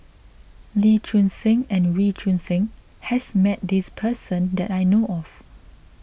Lee Choon Seng and Wee Choon Seng has met this person that I know of